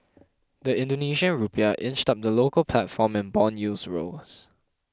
the Indonesian Rupiah inched up in the local platform and bond yields rose